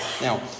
Now